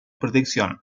protección